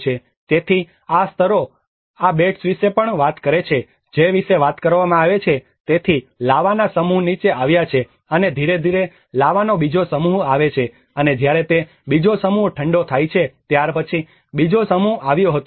તેથી આ સ્તરો આ બેડ્સ વિશે પણ વાત કરે છે જે વિશે વાત કરવામાં આવે છે તેથી લાવાના સમૂહ નીચે આવ્યા છે અને ધીરે ધીરે લાવાનો બીજો સમૂહ આવે છે અને જ્યારે તે બીજો સમૂહ ઠંડો થાય છે ત્યાર પછી બીજો સમૂહ આવ્યો હતો